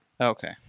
Okay